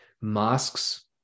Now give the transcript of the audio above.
mosques